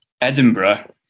Edinburgh